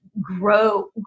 grow